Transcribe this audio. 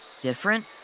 different